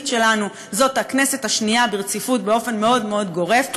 שלנו זו הכנסת השנייה ברציפות באופן מאוד מאוד גורף,